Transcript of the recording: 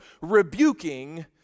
rebuking